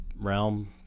realm